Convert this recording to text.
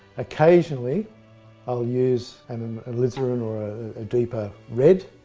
occasionally i'll use an alizarine or a deeper red,